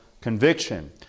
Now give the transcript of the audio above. conviction